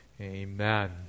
Amen